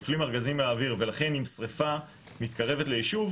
נופלים ארגזים מהאוויר ולכן אם שריפה מתקרבת לישוב